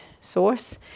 source